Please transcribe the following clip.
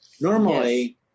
Normally